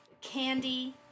candy